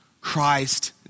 Christ